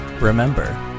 Remember